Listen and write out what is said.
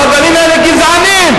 הרבנים האלה גזענים,